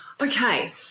Okay